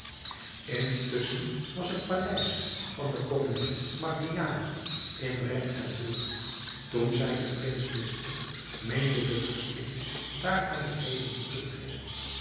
intusschen was het paleis van de koningin margiane in rep en roer toen zij den prins miste meende de vorstin daarvan de reden te kunnen gissen